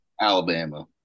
Alabama